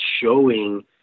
showing